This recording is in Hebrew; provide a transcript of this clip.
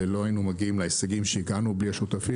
ולא היינו מגיעים להישגים שהגענו אליהם בלי השותפים